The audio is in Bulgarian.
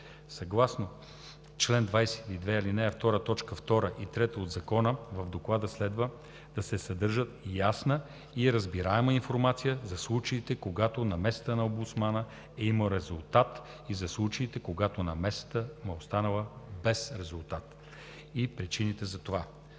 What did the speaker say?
от Закона, в Доклада следва да се съдържа ясна и разбираема информация за случаите, когато намесата на омбудсмана е имала резултат и за случаите, когато намесата му е останала без резултат, и причините за това.